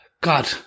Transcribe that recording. God